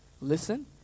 Listen